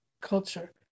culture